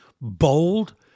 bold